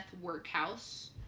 Workhouse